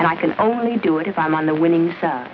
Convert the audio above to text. and i can only do it if i'm on the winning s